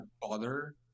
bother